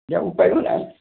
এতিয়া উপায়ো নাই